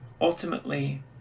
ultimately